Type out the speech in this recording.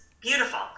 beautiful